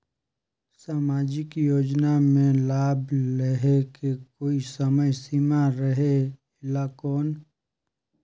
समाजिक योजना मे लाभ लहे के कोई समय सीमा रहे एला कौन?